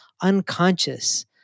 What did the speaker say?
unconscious